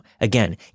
Again